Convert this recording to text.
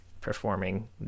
performing